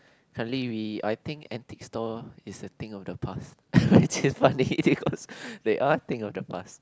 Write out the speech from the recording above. hardly we I think antique store is a thing of the past which is funny because they are a thing of the past